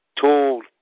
told